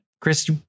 Chris